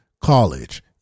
college